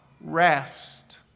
rest